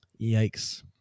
Yikes